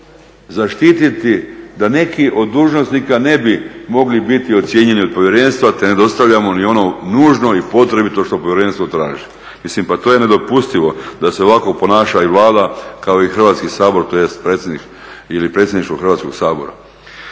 da neki od dužnosnika ne bi mogli biti ocijenjeni od povjerenstva te ne dostavljamo ni ono nužno i potrebito što povjerenstvo traži. Mislim pa to je nedopustivo da se ovako ponaša i Vlada i Hrvatski sabor tj. predsjednik ili